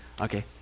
Okay